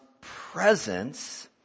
presence